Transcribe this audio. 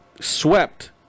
swept